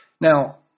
Now